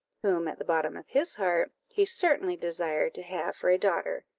whom, at the bottom of his heart, he certainly desired to have for a daughter,